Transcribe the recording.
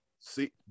see